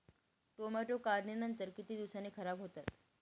Tomato काढणीनंतर किती दिवसांनी खराब होतात?